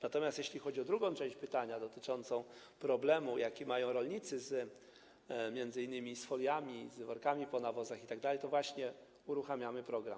Natomiast jeśli chodzi o drugą część pytania dotyczącą problemu, jaki mają rolnicy, m.in. z foliami, workami po nawozach itd., to właśnie uruchamiamy program.